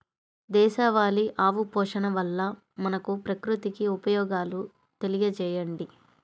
దేశవాళీ ఆవు పోషణ వల్ల మనకు, ప్రకృతికి ఉపయోగాలు తెలియచేయండి?